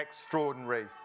extraordinary